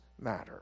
matter